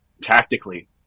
tactically